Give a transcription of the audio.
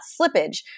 slippage